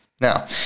Now